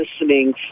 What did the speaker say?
listening